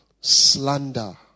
slander